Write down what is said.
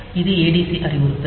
இது adc அறிவுறுத்தல்